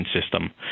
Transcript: system